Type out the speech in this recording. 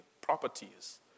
properties